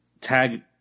tag